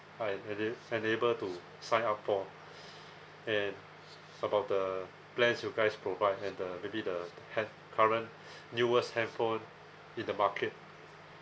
I am a~ am able to sign up for and about the plans you guys provide and the maybe the hand~ current newest handphone in the market